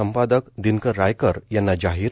संपादक दिनकर रायकर यांना जाहिर